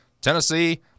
Tennessee